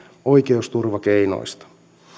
oikeusturvakeinoista